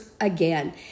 again